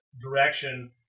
direction